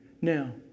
Now